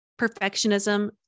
perfectionism